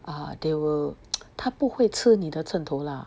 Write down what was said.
uh they will 他不会吃你的秤头 lah